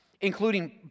including